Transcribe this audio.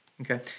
Okay